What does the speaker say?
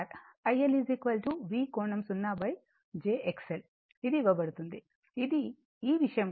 IL V కోణం 0 jXL ఇది ఇవ్వబడుతుంది ఇది ఈ విషయం